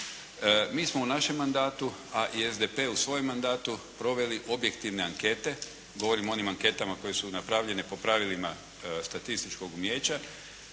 Mi smo u našem mandatu a i SDP u svojem mandatu proveli objektivne ankete. Govorim o onim anketama koje su napravljene po pravilima statističkog umijeća